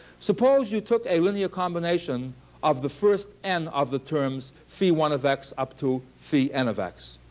suppose you took a linear combination of the first n of the terms phi one of x up to phi n of x.